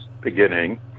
beginning